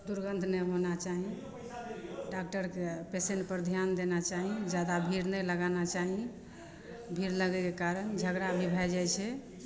दुर्गन्ध नहि होना चाही डॉक्टरके पेसेंटपर ध्यान देना चाही जादा भीड़ नहि लगाना चाही भीड़ लगैके कारण झगड़ा भी भए जाइ छै